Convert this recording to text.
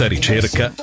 ricerca